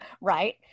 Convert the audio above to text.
Right